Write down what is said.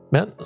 Men